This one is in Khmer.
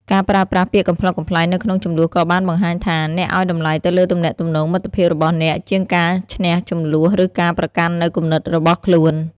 ការប្រើប្រាស់ភាពកំប្លុកកំប្លែងនៅក្នុងជម្លោះក៏បានបង្ហាញថា អ្នកឱ្យតម្លៃទៅលើទំនាក់ទំនងមិត្តភាពរបស់អ្នកជាងការឈ្នះជម្លោះឬការប្រកាន់នូវគំនិតរបស់ខ្លួន។